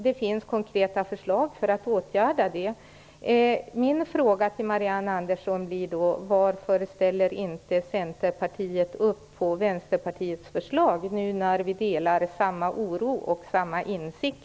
Det finns konkreta förslag för att åtgärda detta. Min fråga till Marianne Andersson blir: Varför ställer inte Centerpartiet upp på Vänsterpartiets förslag när vi ändå delar samma oro och har samma insikt?